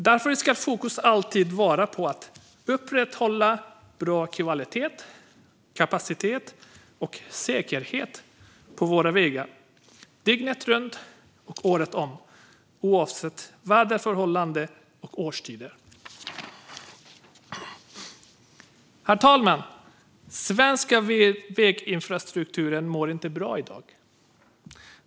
Därför ska fokus alltid vara på att upprätthålla bra kvalitet, kapacitet och säkerhet på våra vägar, dygnet runt och året om, oavsett väderförhållanden och årstider. Herr talman! Den svenska väginfrastrukturen mår inte bra i dag.